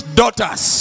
daughters